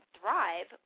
Thrive